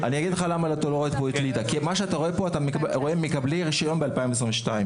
רואה פה את ליטא כי אתה רואה את מקבלי הרישיון ב-2022.